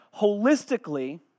holistically